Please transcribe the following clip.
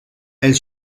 elle